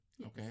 Okay